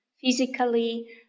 physically